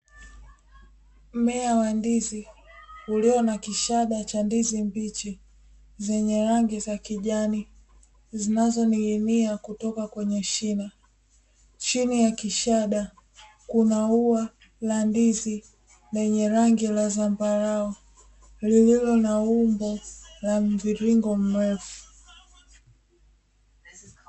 Mmea wa ndizi ulio na kishada chenye ndizi mbichi zenye rangi za kijani zinazoning’inia kutoka kwenye shina, chini ya kishada kuna ua la ndizi lenye rangi ya zambarau lililo na umbo la mviringo mrefu.